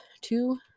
two